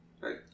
Right